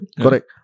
correct